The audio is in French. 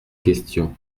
questions